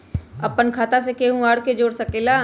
अपन खाता मे केहु आर के जोड़ सके ला?